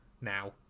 now